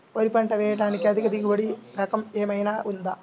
వరి పంట వేయటానికి అధిక దిగుబడి రకం ఏమయినా ఉందా?